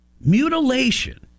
Mutilation